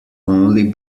only